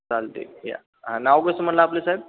चालते या नाव कसं म्हणलं आपलं साहेब